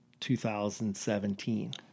2017